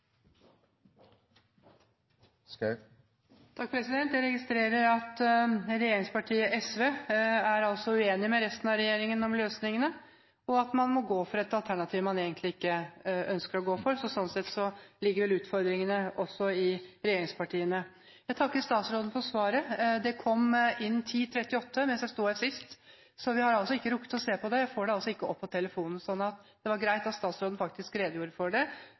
Jeg registrerer at regjeringspartiet SV er uenig med resten av regjeringen om løsningene, og at man må gå for et alternativ man egentlig ikke ønsker å gå for. Så sånn sett ligger vel utfordringene også i regjeringspartiene. Jeg takker statsråden for svaret. Det kom inn kl. 10.38, mens jeg sto her sist, så vi har ikke rukket å se på det; jeg får det altså ikke opp på telefonen. Det var greit at statsråden faktisk redegjorde for det,